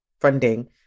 funding